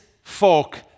folk